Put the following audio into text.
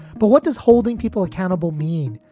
but what does holding people accountable mean?